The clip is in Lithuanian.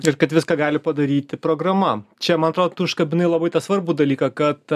ir kad viską gali padaryti programa čia man atrodo užkabinai labai tą svarbų dalyką kad